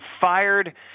fired